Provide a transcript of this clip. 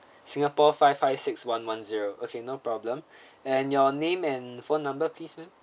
singapore five five six one one zero okay no problem and your name and phone number please ma'am